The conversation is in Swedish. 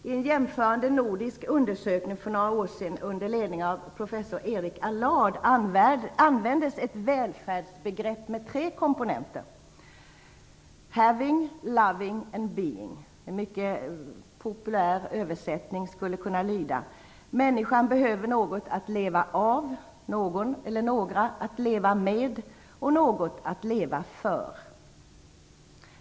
I en jämförande nordisk undersökning för några år sedan, under ledning av professor Erik Allard, användes ett välfärdsbegrepp med tre komponenter - having, loving and being. En populär översättning skulle kunna lyda : Människan behöver något att leva av, någon eller några att leva med och något att leva för.